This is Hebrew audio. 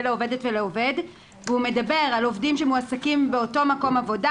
לעובדת ולעובד והוא מדבר על עובדים שמועסקים באותו מקום עבודה,